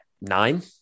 nine